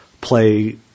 play